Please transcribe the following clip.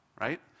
right